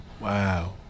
Wow